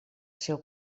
seu